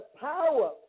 power